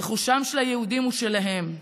רכושם של היהודים הוא שלהם.